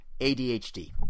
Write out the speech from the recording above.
ADHD